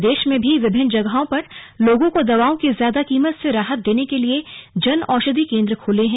प्रदेश में भी विभिन्न जगहों पर लोगों को दवाओं की ज्यादा कीमत से राहत देने के लिए जन औषधि केंद्र खुले हैं